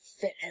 fellow